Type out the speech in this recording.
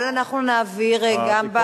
אבל אנחנו נעביר גם,